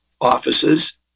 offices